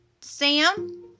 Sam